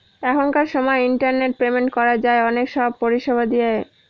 এখনকার সময় internet payment করা যায় অনেক সব পরিষেবা দিয়ে